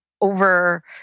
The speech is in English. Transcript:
over